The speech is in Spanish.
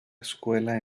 escuela